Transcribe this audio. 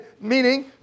meaning